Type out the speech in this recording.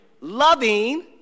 loving